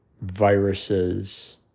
Viruses